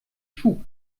schub